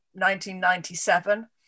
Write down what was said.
1997